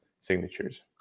signatures